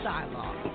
Dialogue